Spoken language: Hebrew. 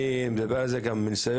אני מדבר על זה גם מניסיון,